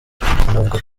anavuga